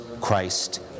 Christ